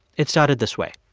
it started this way.